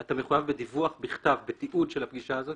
אתה מחויב בדיווח בכתב בתיעוד של הפגישה הזו